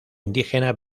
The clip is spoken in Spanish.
indígena